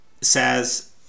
says